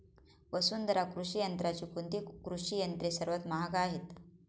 वसुंधरा कृषी यंत्राची कोणती कृषी यंत्रे सर्वात महाग आहेत?